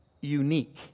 unique